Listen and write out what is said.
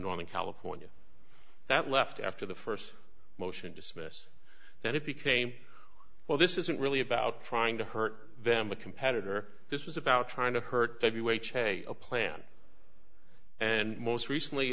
on the california that left after the st motion dismiss that it became well this isn't really about trying to hurt them a competitor this was about trying to hurt you ha a plan and most recently